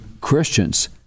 Christians